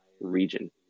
region